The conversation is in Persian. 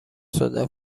صدا